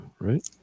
right